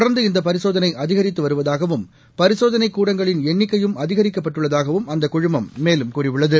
தொடர்ந்து இந்த பரிசோதனை அதிகரித்து வருவதாகவும் பரிசோதனைக் கூடங்களின் எண்ணிக்கையும் அதிகரிக்கப்பட்டுள்ளதாகவும் அந்தக் குழுமம் மேலும் கூறியுள்ளது